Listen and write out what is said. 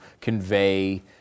convey